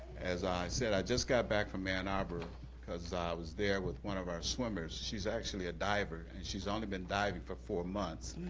as i said, i just got back from ann arbor because i was there with one of our swimmers. she's actually a diver, and she's only been diving for four months.